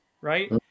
right